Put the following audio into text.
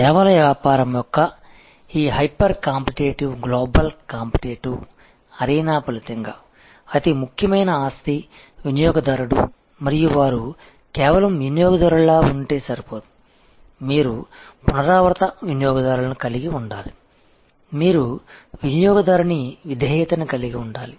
సేవల వ్యాపారం యొక్క ఈ hyper competitive global competitive arena ఫలితంగా అతి ముఖ్యమైన ఆస్తి వినియోగదారుడు మరియు వారు కేవలం వినియోగదారులుగా ఉంటే సరిపోదు మీరు పునరావృత వినియోగదారులను కలిగి ఉండాలి మీరు వినియోగదారుని విధేయతను కలిగి ఉండాలి